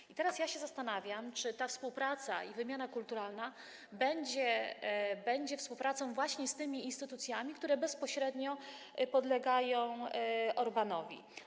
I teraz ja się zastanawiam, czy ta współpraca, wymiana kulturalna będzie współpracą właśnie z tymi instytucjami, które bezpośrednio podlegają Orbánowi.